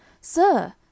Sir